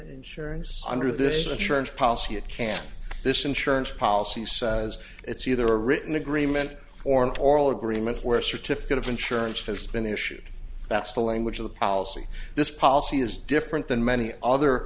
insurance under this assurance policy it can this insurance policy says it's either a written agreement or an oral agreement where a certificate of insurance has been issued that's the language of the policy this policy is different than many other